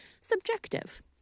subjective